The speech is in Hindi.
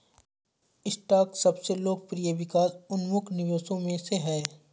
स्टॉक सबसे लोकप्रिय विकास उन्मुख निवेशों में से है